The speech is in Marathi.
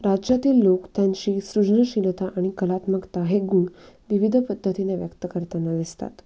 राज्यातील लोक त्यांची सृजनशीलता आणि कलात्मकता हे गुण विविध पद्धतीने व्यक्त करताना दिसतात